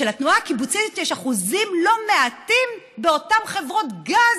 שלתנועה הקיבוצית יש אחוזים לא מעטים באותן חברות גז.